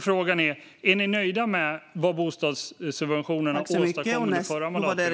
Frågan är om ni är nöjda med vad bostadssubventionerna åstadkom under den förra mandatperioden.